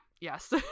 Yes